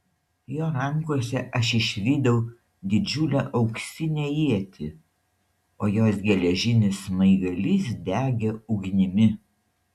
jo rankose aš išvydau didžiulę auksinę ietį o jos geležinis smaigalys degė ugnimi